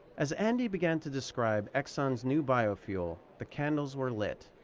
as andy began to describe exxon's new biofuel, the candles were lit.